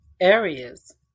areas